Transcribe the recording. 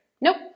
Nope